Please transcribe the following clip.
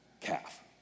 Calf